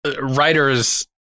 writers